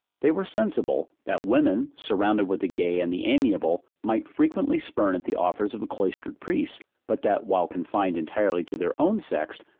they were sensible, that women, surrounded with the gay and the amiable, might frequently spurn at the offers of a cloistered priest, but that while confined entirely to their own sex,